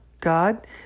God